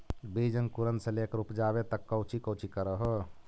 बीज अंकुरण से लेकर उपजाबे तक कौची कौची कर हो?